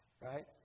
Right